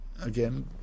again